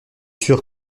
sûr